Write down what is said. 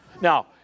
Now